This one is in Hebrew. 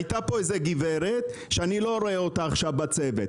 הייתה פה גברת, שאני לא רואה אותה עכשיו בצוות.